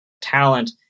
talent